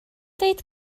dweud